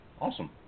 awesome